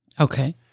Okay